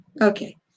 Okay